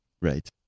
Right